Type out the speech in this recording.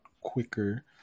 quicker